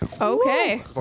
okay